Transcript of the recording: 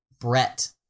Brett